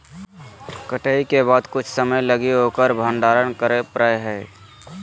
कटाई के बाद कुछ समय लगी उकर भंडारण करे परैय हइ